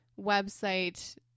website